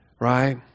Right